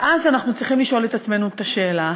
ואז אנחנו צריכים לשאול את עצמנו את השאלה: